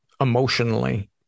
emotionally